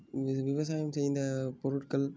விவ விவசாயம் சேர்ந்த பொருட்கள்